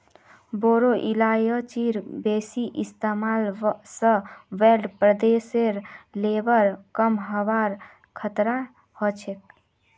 बोरो इलायचीर बेसी इस्तमाल स ब्लड प्रेशरेर लेवल कम हबार खतरा ह छेक